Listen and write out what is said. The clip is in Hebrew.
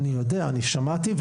אני יודע אני שמעתי,